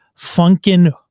Funkin